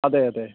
അതെ അതെ